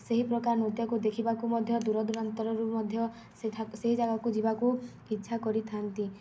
ସେହି ପ୍ରକାର ନୃତ୍ୟକୁ ଦେଖିବାକୁ ମଧ୍ୟ ଦୂରଦୂରାନ୍ତରରୁ ମଧ୍ୟ ସେ ସେହି ଜାଗାକୁ ଯିବାକୁ ଇଚ୍ଛା କରିଥାନ୍ତି